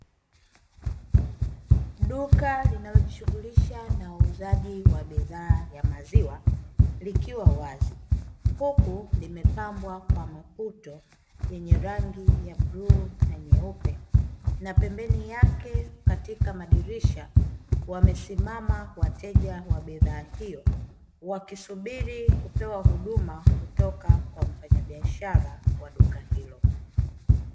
Duka linalojishughulisha na uuzaji wa bidhaa ya maziwa likiwa wazi, huku limepambwa kwa maputo yenye rangi ya bluu na nyeupe, na pembeni yake katika madirisha wamesimama wateja wa bidhaa hiyo; wakisubiri kupewa huduma kutoka kwa mfanyabiashara wa duka hilo.